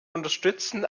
unterstützen